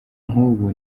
nk’ubu